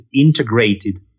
integrated